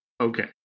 Okay